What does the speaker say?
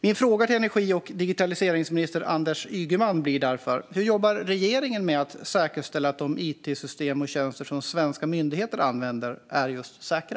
Min fråga till energi och digitaliseringsminister Anders Ygeman blir därför: Hur jobbar regeringen med att säkerställa att de it-system och it-tjänster som svenska myndigheter använder är säkra?